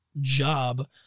job